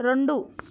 రొండు